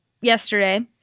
yesterday